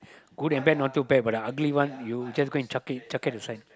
good and bad not too bad but the ugly one you just go and chuck him chuck it aside